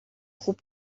خوب